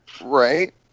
Right